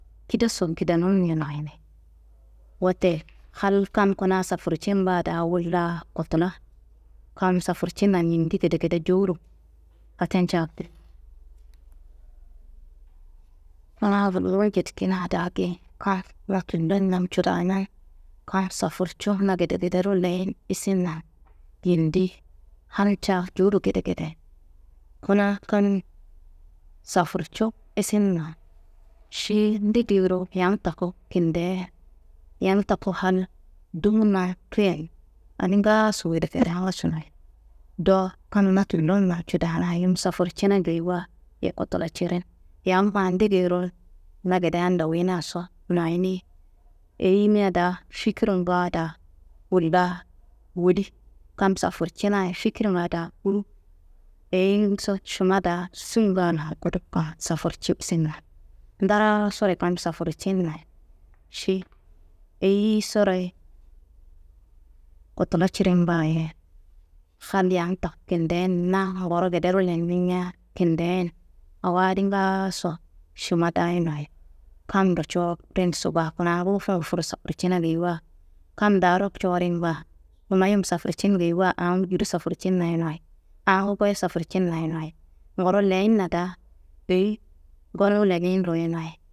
Kidason kidenuye noyini. Wote hal kam kuna safurcim baa daa wolla kotula, kam safurcinnan yindi gedegede jowuro katenca. Kuna gullu njedikina daa geyi kam na tullon namcu daanan kam safurcu na gedegedero leyin isinna yindi halca jowuro gedegede. Kuna kam safurcu isinna šiyi ndegeyiro yam taku kindeye, yam toku hal duluwu nantuyen adi ngaaso gedegedea ngaso noyi. Dowo kam na tullon namcu daana yum safurcina geyiwaye kotula cirin. Yamma ndegeyiro na gedean doyinaso noyini, eyiyima daa fikirnga daa wolla woli. Kam safurcinaye fikirnga daa kuruwu, eyiyinguso šimma daa sunga languduga safurcu isinnan, ndarasoyi kam safurcinnayi ši eyisoro ye kotula cirimba ye hal yam taku kinden, na nguro gedero lenimia kindeyen awo adi ngaaso šimma daayi noyi, kamndo coworinso baa, kuna ngufu ngufu safurcina geyiwa kamndaro coworin baa. Kuna yum safurcin geyiwa angu judu safurcinna ye noyi, angu goyi safurcinna ye noyi, nguro leyinna daa eyi gonuwu lenindo ye noyi.